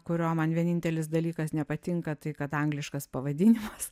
kurio man vienintelis dalykas nepatinka tai kad angliškas pavadinimas